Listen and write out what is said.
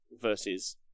versus